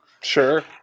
Sure